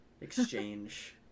exchange